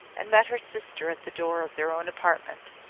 and met her sister at the door of their own apartment.